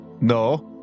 No